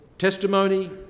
Testimony